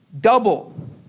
double